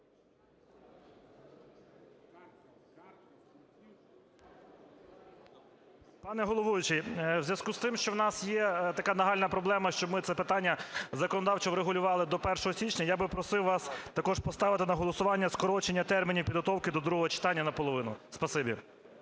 Пане головуючий, у зв'язку з тим, що у нас є така нагальна проблема, щоб ми це питання законодавчо врегулювали до 1 січня, я б просив вас також поставити на голосування скорочення термінів підготовки до другого читання наполовину. Спасибі.